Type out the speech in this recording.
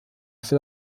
für